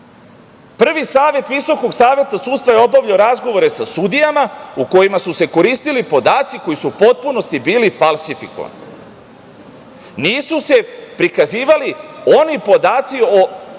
netransparentan. Prvi savet VSS je obavljao razgovore sa sudijama u kojima se se koristili podaci koji su u potpunosti bili falsifikovani. Nisu se prikazivali oni podaci koji